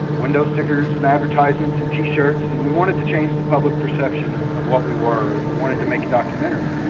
window stickers, and advertisements, and t-shirts. and we wanted to change the public perception of of what we were, and we wanted to make a documentary.